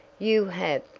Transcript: you have,